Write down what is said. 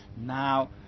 Now